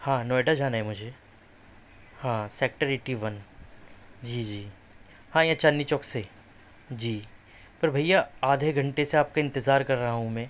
ہاں نوئیڈا جانا ہے مجھے ہاں سیکٹر ایٹی ون جی جی ہاں یہ چاندنی چوک سے جی پر بھیا آدھے گھنٹے سے آپ کا انتظار کر رہا ہوں میں